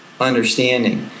understanding